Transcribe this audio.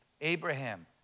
Abraham